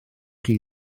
chi